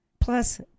Plus